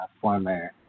former